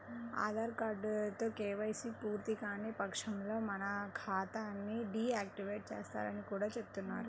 ఆధార్ కార్డుతో కేవైసీ పూర్తికాని పక్షంలో మన ఖాతా ని డీ యాక్టివేట్ చేస్తారని కూడా చెబుతున్నారు